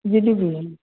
G D P